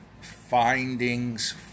findings